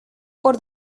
por